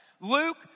Luke